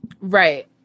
right